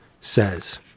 says